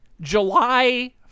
July